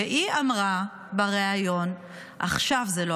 והיא אמרה בריאיון: עכשיו זה לא